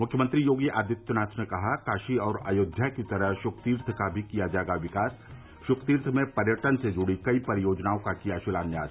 मुख्यमंत्री योगी आदित्यनाथ ने कहा काशी और अयोध्या की तरह शुकतीर्थ का भी किया जायेगा विकास शुकतीर्थ में पर्यटन से जुड़ी कई परियोजनाओं का किया शिलान्यास